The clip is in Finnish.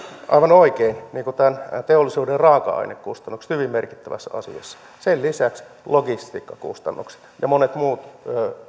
aivan oikein nämä teollisuuden raaka ainekustannukset hyvin merkittävästi ja sen lisäksi logistiikkakustannukset ja monet muut